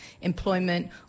employment